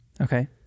Okay